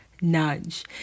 nudge